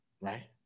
right